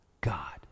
God